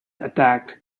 attacked